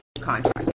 contract